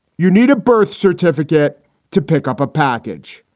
you need a birth certificate to pick up a package.